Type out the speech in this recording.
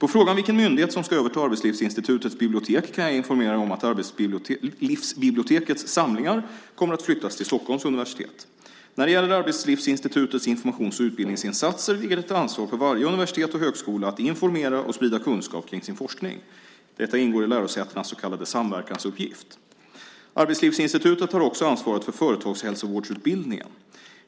I frågan vilken myndighet som ska överta Arbetslivsinstitutets bibliotek kan jag informera om att arbetslivsbibliotekets samlingar kommer att flyttas till Stockholms universitet. När det gäller Arbetslivsinstitutets informations och utbildningsinsatser ligger det ett ansvar på varje universitet och högskola att informera och sprida kunskap kring sin forskning. Detta ingår i lärosätenas så kallade samverkansuppgift. Arbetslivsinstitutet har också ansvarat för företagshälsovårdsutbildningen.